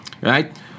Right